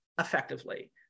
effectively